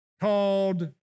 called